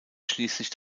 schließlich